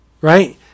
right